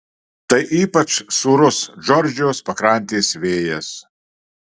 tai ypač sūrus džordžijos pakrantės vėjas